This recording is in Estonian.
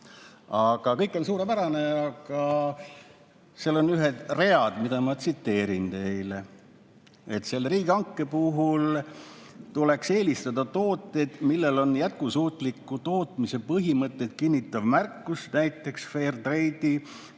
Kõik on suurepärane, aga seal on read, mida ma teile [ette loen]: selle riigihanke puhul tuleks eelistada tooteid, millel on jätkusuutliku tootmise põhimõtteid kinnitav märge, näiteks Fairtrade'i,